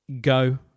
go